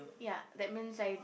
ya that means I